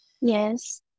Yes